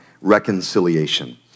reconciliation